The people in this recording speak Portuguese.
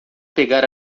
pegar